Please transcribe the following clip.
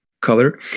color